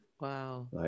Wow